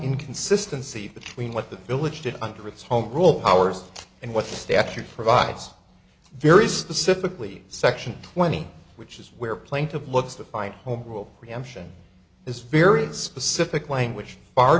inconsistency between what the village did under its home rule powers and what the statute provides very specifically section twenty which is where plaintive looks to find home rule preemption is very specific language far